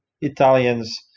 Italians